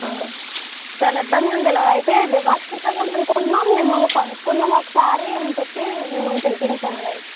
ఆ చాలా ఇబ్బందిగా ఉంది ఇలాగా అయితే డిబార్ చేసేద్దాం అనుకుంటున్నాం మిమ్మల్ని కనుక్కుందాం ఒకసారి అని చెప్పి మిమ్మల్ని పిలిపించాం మేడం